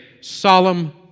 solemn